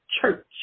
church